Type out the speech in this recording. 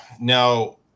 now